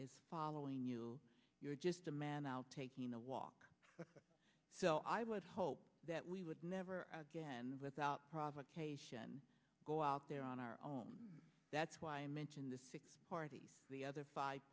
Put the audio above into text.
is following you you're just a man out taking a walk so i would hope that we would never again without provocation go out there on our own that's why i mention the six party the other